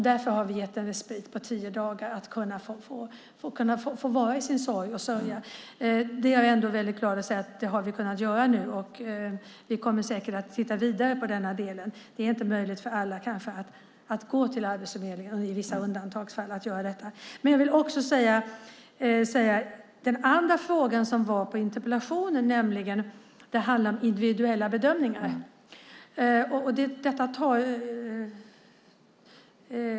Därför har vi gett en respit på tio dagar att få vara i sin sorg och få sörja. Jag är glad att vi har kunnat införa detta. Vi kommer säkert att titta vidare på denna del. Det är kanske inte möjligt för alla att i vissa undantagsfall gå till Arbetsförmedlingen. Den andra frågan i interpellationen gällde individuella bedömningar.